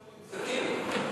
סכין.